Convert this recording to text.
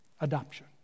Adoption